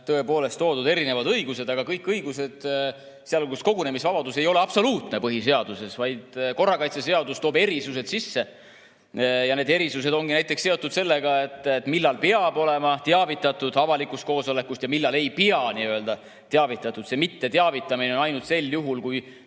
tõepoolest toodud erinevad õigused, aga kõik õigused, sealhulgas kogunemisvabadus, ei ole põhiseaduses absoluutne, vaid korrakaitseseadus toob erisused sisse. Ja need erisused ongi seotud sellega, millal peab olema teavitatud avalikust koosolekust ja millal ei pea olema teavitatud. Mitteteavitamine on ainult sel juhul, kui